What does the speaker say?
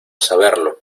saberlo